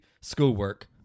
schoolwork